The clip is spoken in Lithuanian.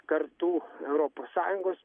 kartu europos sąjungos